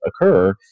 occur